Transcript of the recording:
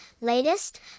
latest